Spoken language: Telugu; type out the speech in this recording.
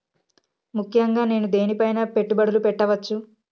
ముఖ్యంగా నేను దేని పైనా పెట్టుబడులు పెట్టవచ్చు?